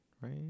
Right